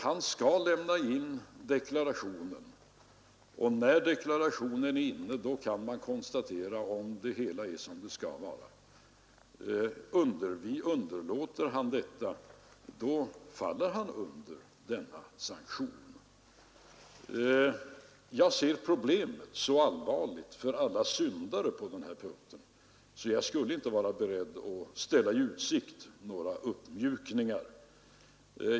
Han skall lämna in deklarationen, och när deklarationen är inne kan man konstatera om det hela är som det skall vara. Underlåter han detta, faller han under denna sanktion. Jag ser problemet som så allvarligt med tanke på alla syndare på den här punkten att jag inte kan vara beredd att ställa några uppmjukningar i utsikt.